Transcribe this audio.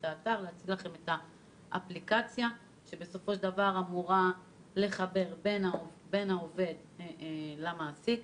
את האתר ואת האפליקציה שאמורה לחבר בין העובד למעסיק.